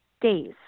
days